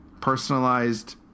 personalized